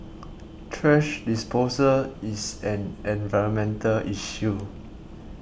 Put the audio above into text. thrash disposal is an environmental issue